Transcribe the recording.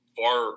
far